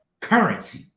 currency